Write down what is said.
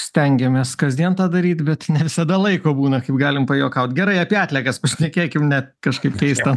stengiamės kasdien tą daryt bet ne visada laiko būna kaip galim pajuokaut gerai apie atliekas pasišnekėkim ne kažkaip keista